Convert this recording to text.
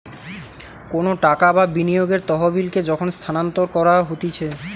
কোনো টাকা বা বিনিয়োগের তহবিলকে যখন স্থানান্তর করা হতিছে